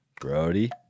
Brody